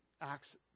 Acts